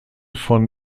von